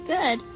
Good